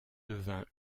devint